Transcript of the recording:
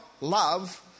love